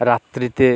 রাত্রিতে